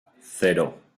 cero